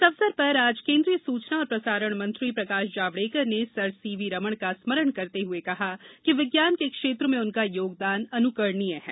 इस अवसर पर आज केन्द्रीय सूचना और प्रसारण मंत्री प्रकाश जावड़ेकर ने सर सीवी रमण का स्मरण करते हुए कहा कि विज्ञान के क्षेत्र में उनका योगदान अनुकरणीय रहा है